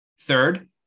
Third